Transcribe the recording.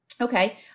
Okay